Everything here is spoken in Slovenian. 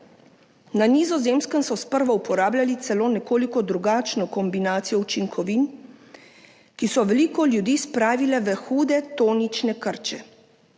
Na Nizozemskem so sprva uporabljali celo nekoliko drugačno kombinacijo učinkovin, ki je veliko ljudi spravila v hude tonične krče.